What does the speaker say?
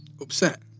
Upset